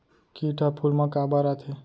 किट ह फूल मा काबर आथे?